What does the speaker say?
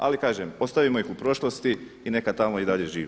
Ali kažem, ostavimo ih u prošlosti i neka tamo i dalje žive.